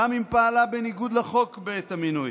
גם אם פעלה בניגוד לחוק בעת המינוי,